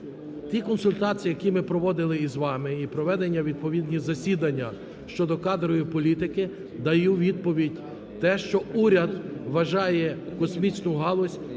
Ті консультації, які ми проводили з вами, і проведені відповідні засідання щодо кадрової політики, даю відповідь те, що уряд вважає космічну галузь